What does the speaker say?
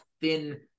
thin